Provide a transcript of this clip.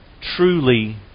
truly